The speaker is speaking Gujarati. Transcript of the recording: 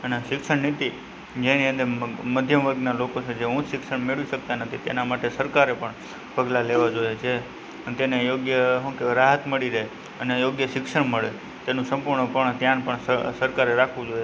અને શિક્ષણ નીતિ જેની અંદર મધ્યમવર્ગના લોકો છે જે ઉચ્ચ શિક્ષણ મેળવી શકતા નથી તેના માટે સરકારે પણ પગલાં લેવાં જોઈએ છે જે અને તેને યોગ્ય શું કહે રાહત મળી રહે અને યોગ્ય શિક્ષણ મળે તેનું સંપૂર્ણપણે ધ્યાન પણ સરકારે રાખવું જોઈએ